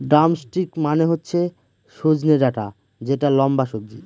drumstick মানে হচ্ছে সজনে ডাটা যেটা লম্বা সবজি